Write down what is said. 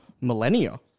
Millennia